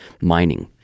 mining